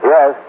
Yes